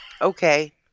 okay